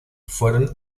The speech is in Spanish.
fueron